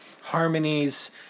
harmonies